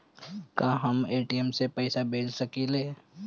का हम ए.टी.एम से पइसा भेज सकी ले?